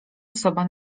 osoba